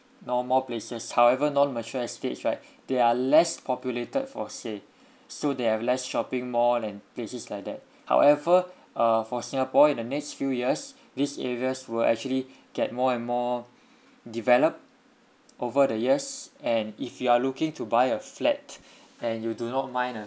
normal places however non mature estates right there are less populated for say so they have less shopping mall and places like that however uh for singapore in the next few years these areas will actually get more and more developed over the years and if you are looking to buy a flat and you do not mind uh